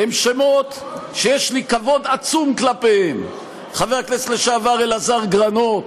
הם שמות שיש לי כבוד עצום כלפיהם: חבר הכנסת לשעבר אלעזר גרנות,